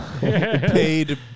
paid